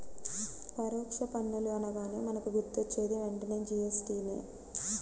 పరోక్ష పన్నులు అనగానే మనకు గుర్తొచ్చేది వెంటనే జీ.ఎస్.టి నే